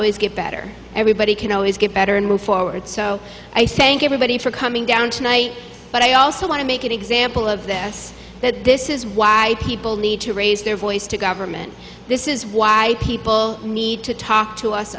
always get better everybody can always get better and move forward so i thank everybody for coming down tonight but i also want to make an example of this that this is why people need to raise their voice to government this is why people need to talk to us